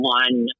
one